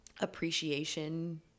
appreciation